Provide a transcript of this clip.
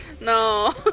No